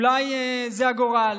אולי זה הגורל,